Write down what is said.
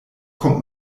kommt